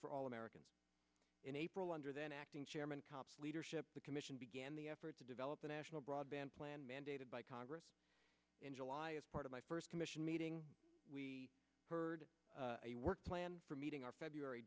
for all americans in april under then acting chairman cops leadership the commission began the effort to develop a national broadband plan mandated by congress in july as part of my first commission meeting we heard a work plan for meeting our february